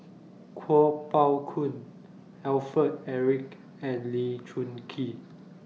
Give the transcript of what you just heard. Kuo Pao Kun Alfred Eric and Lee Choon Kee